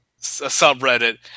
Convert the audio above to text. subreddit